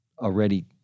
already